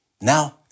Now